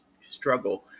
struggle